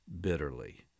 bitterly